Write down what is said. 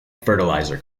fertilizer